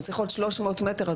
שצריך להיות 300 מטרים.